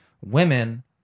women